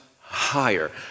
higher